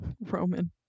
Roman